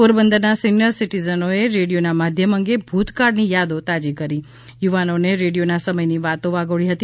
પોરબંદરના સિનિયર સિટીજનોએ રેડીયોના માધ્યમ અંગે ભૂતકાળની યાદો તાજી કરી યુવાનોને રેડીયોના સમયની વાતો વાગોળી હતી